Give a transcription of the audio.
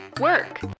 work